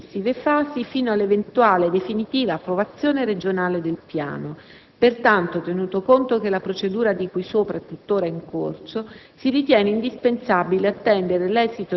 Tale *iter* proseguirà attraverso successive fasi, fino alla eventuale definitiva approvazione regionale del piano. Pertanto, tenuto conto che la procedura di cui sopra è tuttora in corso,